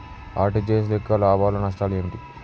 RTGS యొక్క లాభాలు నష్టాలు ఏమిటి?